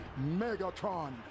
Megatron